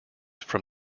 from